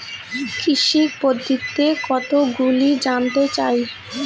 কৃষি পদ্ধতি কতগুলি জানতে চাই?